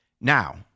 Now